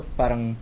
parang